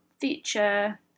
feature